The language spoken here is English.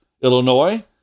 Illinois